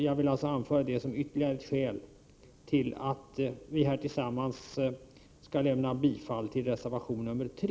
Jag vill således anföra det som ytterligare ett skäl för att vi här tillsammans skall bifalla reservation nr 3.